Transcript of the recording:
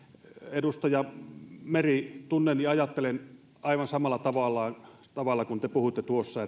edustaja meri tunnen ja ajattelen aivan samalla tavalla kuin te puhuitte tuossa